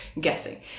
guessing